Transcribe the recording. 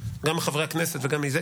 חבר הכנסת יעקב אשר,